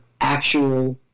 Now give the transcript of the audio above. actual